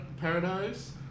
Paradise